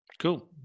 Cool